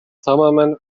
tamamen